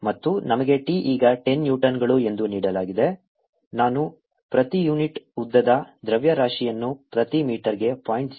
ಮತ್ತು ನಮಗೆ t ಈಗ 10 ನ್ಯೂಟನ್ಗಳು ಎಂದು ನೀಡಲಾಗಿದೆ ನಾನು ಪ್ರತಿ ಯೂನಿಟ್ ಉದ್ದದ ದ್ರವ್ಯರಾಶಿಯನ್ನು ಪ್ರತಿ ಮೀಟರ್ಗೆ 0